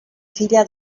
filla